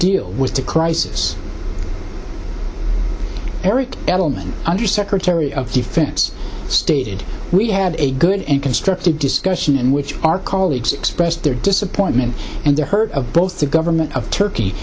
deal with the crisis eric edelman under secretary of defense stated we had a good and constructive discussion in which our colleagues expressed their disappointment and the hurt of both the government of turkey